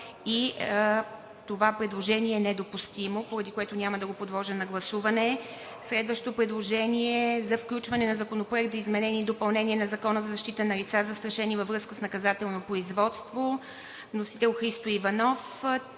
и това предложение е недопустимо, поради което няма да го подложа на гласуване. Следващото предложение е за включване на Законопроекта за изменение и допълнение на Закона за защита на лица, застрашени във връзка с наказателно производство. Вносител е Христо Иванов.